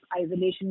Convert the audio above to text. isolation